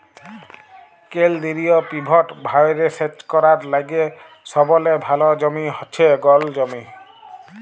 কেলদিরিয় পিভট ভাঁয়রে সেচ ক্যরার লাইগে সবলে ভাল জমি হছে গল জমি